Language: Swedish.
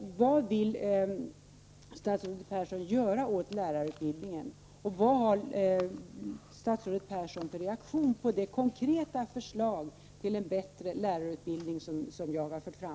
Vad vill statsrådet Persson göra åt lärarutbildningen? Vilken är statsrådet Perssons reaktion på det konkreta förslag till en bättre lärarutbildning som jag här har fört fram.